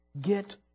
get